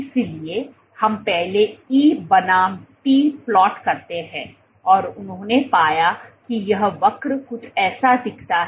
इसलिए हम पहले E बनाम T प्लॉट करते हैं और उन्होंने पाया कि यह वक्र कुछ ऐसा दिखता था